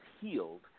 healed